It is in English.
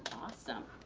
awesome.